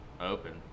open